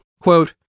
quote